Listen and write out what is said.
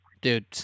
dude